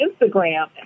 Instagram